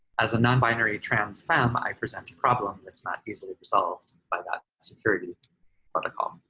as a non-binary, transfemme, i present a problem that's not easily resolved by that security protocol.